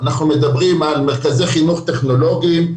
אנחנו מדברים על מרכזי חינוך טכנולוגיים,